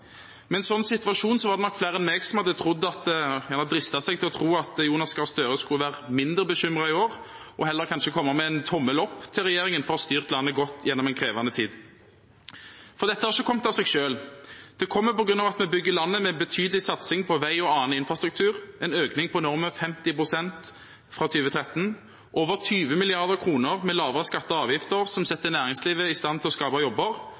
Med en sånn situasjon var det nok flere enn meg som dristet seg til å tro at Jonas Gahr Støre skulle være mindre bekymret i år og heller kanskje komme med en tommel opp til regjeringen for å ha styrt landet godt gjennom en krevende tid, for dette har ikke kommet av seg selv. Det kommer på grunn av at vi bygger landet med betydelig satsing på vei og annen infrastruktur, en økning på enorme 50 pst. fra 2013, over 20 mrd. kr i lavere skatter og avgifter, som setter næringslivet i stand til å skape jobber,